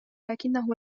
لكنه